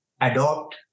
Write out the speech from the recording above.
adopt